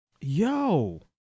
Yo